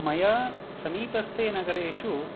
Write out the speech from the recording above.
मया समीपस्थे नगरेषु